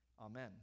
Amen